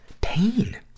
pain